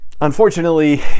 Unfortunately